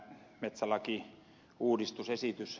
herra puhemies